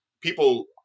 People